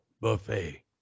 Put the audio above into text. Buffet